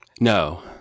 no